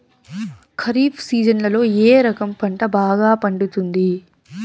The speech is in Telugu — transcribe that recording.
ఖరీఫ్ సీజన్లలో ఏ రకం పంట బాగా పండుతుంది